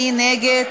מי נגד?